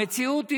המציאות היא,